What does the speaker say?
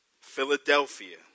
Philadelphia